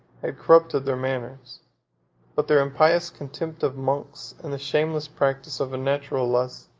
had corrupted their manners but their impious contempt of monks, and the shameless practice of unnatural lusts,